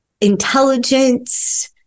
Intelligence